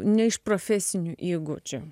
ne iš profesinių įgūdžių